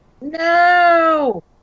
No